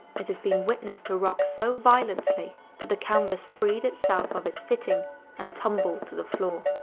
it has been witnessed to rock so violently that the canvas freed itself of its fitting and tumbled to the floor.